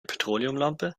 petroleumlampe